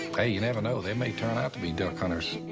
hey, you never know. they may turn out to be duck hunters.